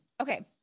Okay